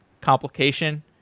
complication